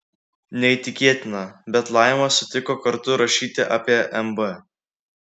neįtikėtina bet laima sutiko kartu rašyti apie mb